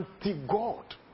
anti-God